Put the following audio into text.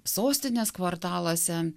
sostinės kvartaluose